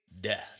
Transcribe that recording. death